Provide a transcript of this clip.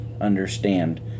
understand